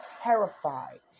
terrified